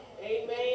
Amen